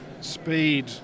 speed